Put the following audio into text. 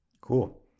Cool